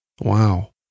Wow